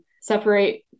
separate